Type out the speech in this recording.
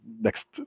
next